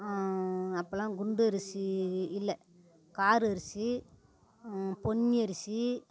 அப்போல்லாம் குண்டு அரிசி இல்லை கார் அரிசி பொன்னி அரிசி